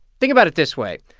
think about it this way.